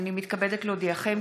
הינני מתכבדת להודיעכם,